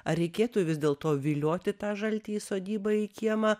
ar reikėtų vis dėlto vilioti tą žaltį į sodybą į kiemą